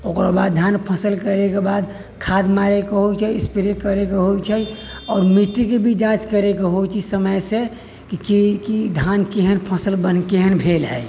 ओकरो बाद धान फसल करैके बाद खाद मारैके होइत छै स्प्रे करैके होइत छै आओर मिट्टीके भी जाँच करैके होइत छै समय से कि धान केहन फसल बनके केहन भेल हइ